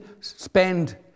spend